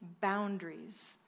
boundaries